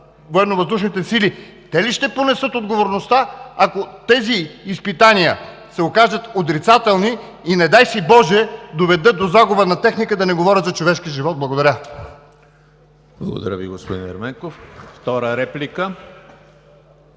Военновъздушните сили: те ли ще понесат отговорността, ако тези изпитания се окажат отрицателни, и, не дай си боже, доведат до загуба на техника, да не говоря за човешки живот? Благодаря. (Единични ръкопляскания